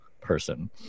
person